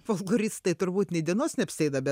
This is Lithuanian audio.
folkloristai turbūt nė dienos neapsieina be